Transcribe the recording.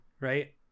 right